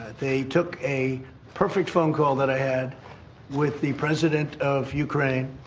they took a perfect phone call that i had with the president of ukraine,